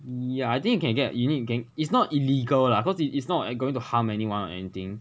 ya I think you can get you need you can is not illegal lah cause it's it's not going to harm anyone or anything